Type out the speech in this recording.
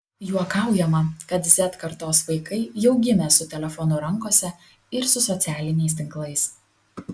juokaujama kad z kartos vaikai jau gimė su telefonu rankose ir su socialiniais tinklais